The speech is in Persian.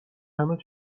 همه